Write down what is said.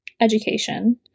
education